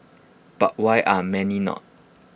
but why are many not